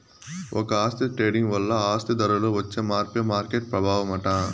ఒక ఆస్తి ట్రేడింగ్ వల్ల ఆ ఆస్తి ధరలో వచ్చే మార్పే మార్కెట్ ప్రభావమట